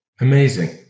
Amazing